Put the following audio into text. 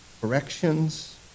corrections